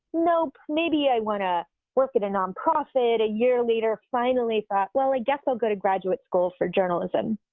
nope, maybe i want to work at a nonprofit, a year later finally thought, well, i guess i'll go to graduate school for journalism.